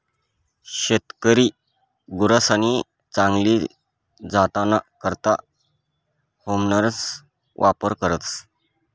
शेतकरी गुरसनी चांगली जातना करता हार्मोन्सना वापर करतस